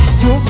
two